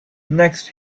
next